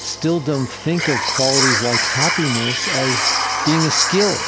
still don't think of qualities like happiness as being a skill